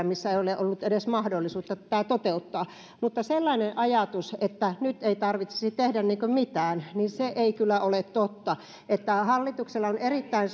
missä ei ole ollut edes mahdollisuutta tätä toteuttaa mutta sellainen ajatus että nyt ei tarvitsisi tehdä mitään ei kyllä ole totta vaan hallituksella on erittäin